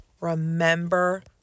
Remember